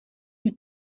wie